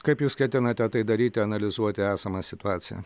kaip jūs ketinate tai daryti analizuoti esamą situaciją